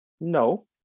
No